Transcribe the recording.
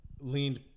leaned